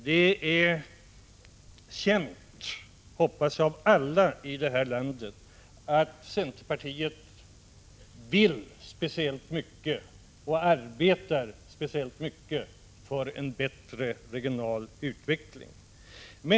Det är känt, hoppas jag, av alla i det här landet att centerpartiet vill speciellt mycket och arbetar speciellt mycket för en bättre regional utveckling.